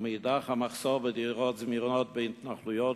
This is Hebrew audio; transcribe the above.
ומאידך המחסור בדירות זמינות בהתנחלויות